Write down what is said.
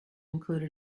include